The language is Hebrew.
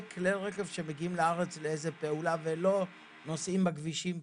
וכלי רכב שמגיעים לארץ לאיזה פעולה ולא נוסעים בכבישים פה,